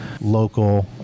local